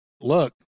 look